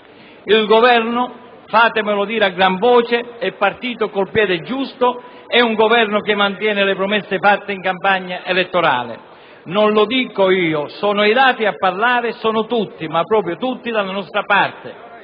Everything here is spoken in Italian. Il Governo - fatemelo dire a gran voce - è partito col piede giusto; è un Governo che mantiene le promesse fatte in campagna elettorale. Non lo dico io, sono i dati a parlare e sono tutti - ma proprio tutti - dalla nostra parte.